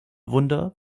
wunder